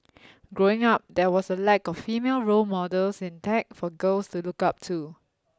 growing up there was a lack of female role models in tech for girls to look up to